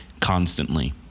constantly